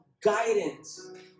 guidance